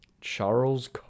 Charles